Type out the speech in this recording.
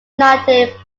united